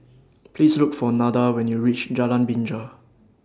Please Look For Nada when YOU REACH Jalan Binja